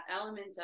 element